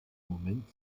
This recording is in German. moment